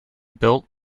built